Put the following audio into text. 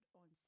on